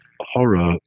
horror